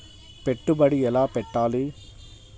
పెట్టుబడి ఎలా పెట్టాలి?